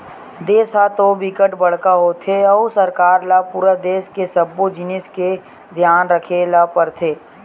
देस ह तो बिकट बड़का होथे अउ सरकार ल पूरा देस के सब्बो जिनिस के धियान राखे ल परथे